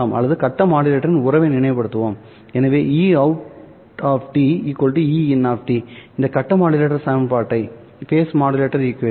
அல்லது கட்ட மாடுலேட்டரின் உறவை நினைவுபடுத்துவோம் எனவே Eout Ein இந்த கட்ட மாடுலேட்டர் சமன்பாட்டை நான் எழுதுகிறேன்